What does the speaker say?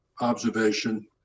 observation